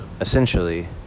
Essentially